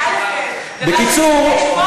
בקיצור,